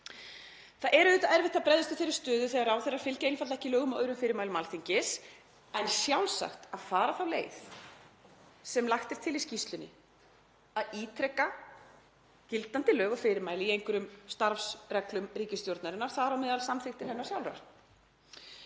Það er auðvitað erfitt að bregðast við þeirri stöðu þegar ráðherrar fylgja einfaldlega ekki lögum og öðrum fyrirmælum Alþingis en sjálfsagt að fara þá leið, sem lagt er til í skýrslunni, að ítreka gildandi lög og fyrirmæli í starfsreglum ríkisstjórnarinnar, þar á meðal samþykktir hennar sjálfrar.